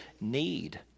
need